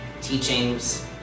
teachings